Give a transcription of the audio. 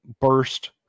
burst